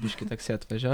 biškį taksi atvažiuo